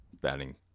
batting